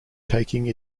taking